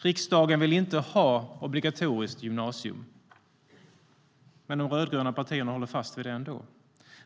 Riksdagen vill inte ha obligatoriskt gymnasium, men de rödgröna partierna håller fast vid det ändå.